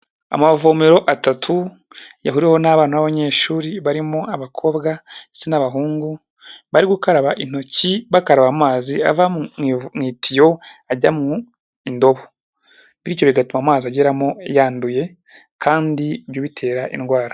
Amavomero atatu yahuriweho n'abana b'abanyeshuri barimo abakobwa n'abahungu, bari gukaraba intoki, bakaraba amazi ava mu itiyo ajya mu ndobo. Bityo bigatuma amazi ageramo yanduye kandi ibyo bitera indwara.